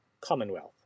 Commonwealth